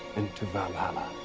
into valhalla.